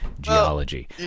geology